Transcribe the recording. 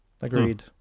Agreed